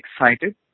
excited